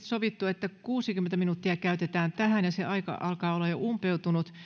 sovittu että kuusikymmentä minuuttia käytetään tähän ja se aika alkaa olla jo umpeutunut